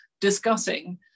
discussing